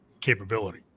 capability